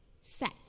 set